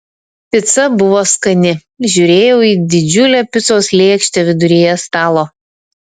pica buvo skani žiūrėjau į didžiulę picos lėkštę viduryje stalo